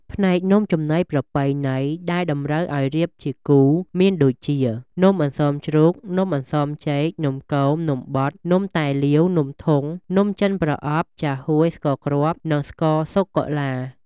ផ្នែកនំចំណីប្រពៃណី ដែលតម្រូវអោយរៀបជាគូ មានដូចជា នំអន្សមជ្រូក នំអន្សមចេក នំគម នំបត់ នំតែលាវ នំធុង នំចិនប្រអប់ ចាហួយ ស្ករគ្រាប់ និងស្ករសុកាឡា។